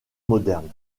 moderne